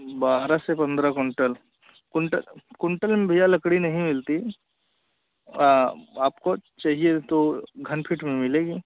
बारह से पंद्रह कुंटल कुंटल कुंटल में भैया लकड़ी नहीं मिलती आपको चाहिए तो घन फीट में मिलेगी